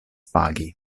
pagi